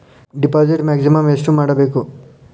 Deposit maximum ಎಷ್ಟು ಮಾಡಬೇಕು?